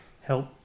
help